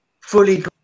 fully